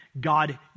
God